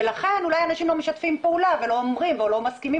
ולכן אולי אנשים לא משתפים פעולה ולא אומרים ולא מסכימים